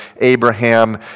Abraham